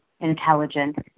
intelligent